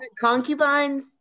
Concubines